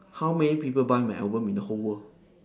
how many people buy my album in the whole world